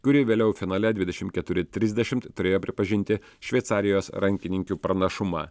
kuri vėliau finale dvidešim keturi trisdešim turėjo pripažinti šveicarijos rankininkių pranašumą